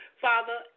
Father